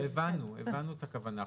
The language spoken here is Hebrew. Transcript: הבנו את הכוונה.